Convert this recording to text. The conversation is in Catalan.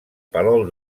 palol